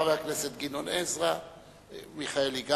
חבר הכנסת גדעון עזרא וגם חבר הכנסת מיכאלי.